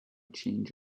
change